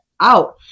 out